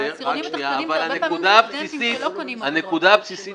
העשירונים התחתונים זה הרבה פעמים --- הנקודה הבסיסית